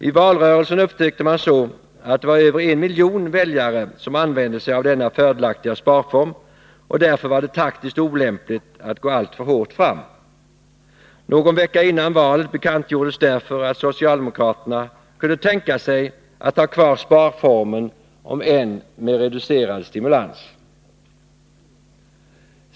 I valrörelsen upptäckte man så att över en miljon väljare använde sig av denna fördelaktiga sparform, och därför var det taktiskt olämpligt att gå alltför hårt fram. Någon vecka före valet bekantgjordes därför att socialdemokraterna kunde tänka sig att ha kvar sparformen, om än med reducerad stimulans.